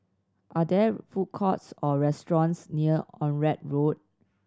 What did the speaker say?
are there food courts or restaurants near Onraet Road